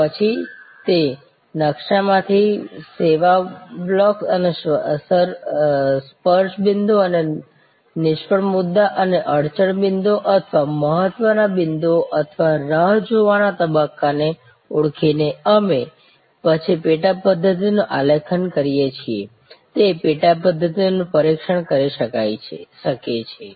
પછી તે નકશા માંથી સેવા બ્લોક્સ અને સ્પર્શ બિંદુ અને નિષ્ફળ મુદ્દા અને અડચણ બિંદુઓ અને મહત્વ ના બિંદુઓ અથવા રાહ જોવા ના તબક્કા ને ઓળખીને અમે પછી પેટા પદ્ધતિ નું આલેખન કરી શકીએ છીએ તે પેટા પદ્ધતિ નું પરીક્ષણ કરી શકીએ છીએ